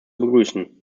begrüßen